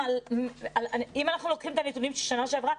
אם אנחנו לוקחים את הנתונים של שנה שעברה,